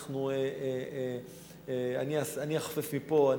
אני אחפף מפה,